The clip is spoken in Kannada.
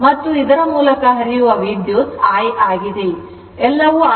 ಮತ್ತು ಇದರ ಮೂಲಕ ಹರಿಯುವ ವಿದ್ಯುತ್ ಪ್ರವಾಹ I ಆಗಿದೆ